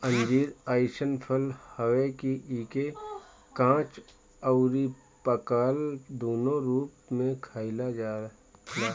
अंजीर अइसन फल हवे कि एके काच अउरी पाकल दूनो रूप में खाइल जाला